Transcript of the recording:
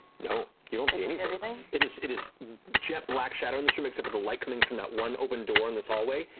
no, you don't see anything. it is it is jet black shadow in this room except for the light coming from that one open door in this hallway,